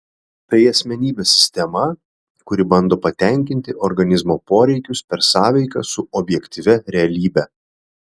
tai asmenybės sistema kuri bando patenkinti organizmo poreikius per sąveiką su objektyvia realybe